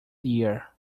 year